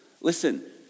Listen